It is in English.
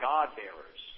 God-bearers